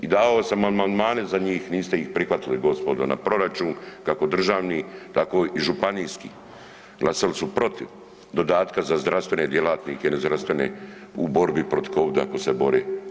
I davao sam amandmane za njih, niste ih prihvatili gospodo na proračun kako državni, tako i županijski, glasali su protiv dodatka za zdravstvene djelatnike il zdravstvene u borbi protiv covida koji se bore.